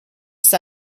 ist